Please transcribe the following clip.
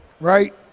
right